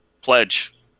pledge